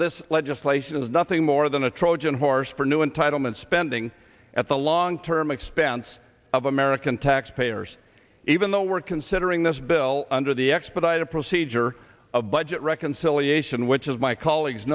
this legislation is nothing more than a trojan horse for new entitlement spending at the long term expense of american taxpayers even though we're considering this bill under the expedited procedure of budget reconciliation which is my colleagues